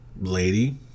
lady